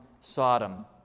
Sodom